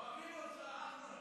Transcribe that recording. אוהבים אותך, אחמד.